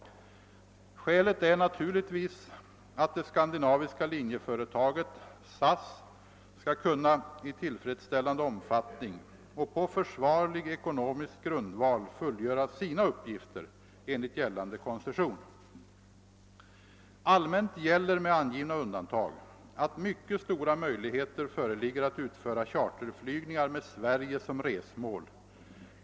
Skälet är naturligtvis att det skandinaviska linjeföretaget — SAS — skall kunna i tilifredsställande omfattning och på försvarlig ekonomisk grundval fullgöra sina uppgifter enligt gällande koncession. Allmänt gäller — med angivna undantag — att mycket stora möjligheter föreligger att utföra charterflygningar med Sverige som resmål.